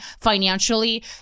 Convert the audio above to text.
financially